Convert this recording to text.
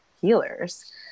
healers